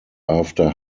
after